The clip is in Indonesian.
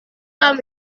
kami